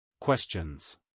Questions